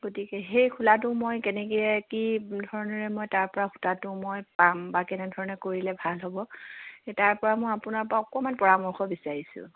গতিকে সেই খোলাটো মই কেনেকৈ কি ধৰণেৰে মই তাৰপৰা সূতাটো মই পাম বা কেনেধৰণে কৰিলে ভাল হ'ব তাৰপৰা মই আপোনাৰ পৰা অকণমান পৰামৰ্শ বিচাৰিছোঁ